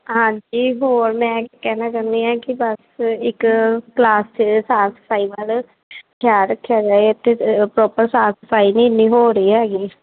ਹਾਂਜੀ ਹੋਰ ਮੈਂ ਕਹਿਣਾ ਚਾਹੁੰਦੀ ਹਾਂ ਕਿ ਬਸ ਇੱਕ ਕਲਾਸ 'ਚ ਸਾਫ਼ ਸਫ਼ਾਈ ਵੱਲ ਖਿਆਲ ਰੱਖਿਆ ਜਾਏ ਅਤੇ ਪ੍ਰੋਪਰ ਸਾਫ਼ ਸਫ਼ਾਈ ਨਹੀਂ ਇੰਨੀ ਹੋ ਰਹੀ ਹੈਗੀ